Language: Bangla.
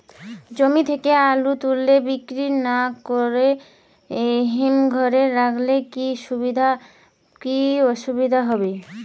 জমি থেকে আলু তুলে বিক্রি না করে হিমঘরে রাখলে কী সুবিধা বা কী অসুবিধা হবে?